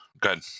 good